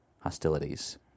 hostilities